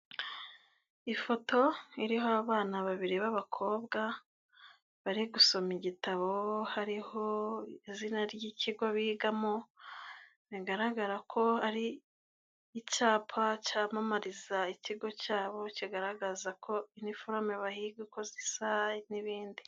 Ifoto iriho abana babiri b'abakobwa bari gusoma igitabo, hariho izina ry'ikigo bigamo bigaragara ko ari icyapa cyamamariza ikigo cyabo, kigaragaza ko inforome bahiga uko zisa n'ibindi.